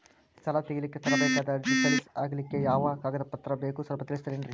ಸಾಲ ತೆಗಿಲಿಕ್ಕ ತರಬೇಕಾದ ಅರ್ಜಿ ಸಲೀಸ್ ಆಗ್ಲಿಕ್ಕಿ ಯಾವ ಕಾಗದ ಪತ್ರಗಳು ಬೇಕು ಸ್ವಲ್ಪ ತಿಳಿಸತಿರೆನ್ರಿ?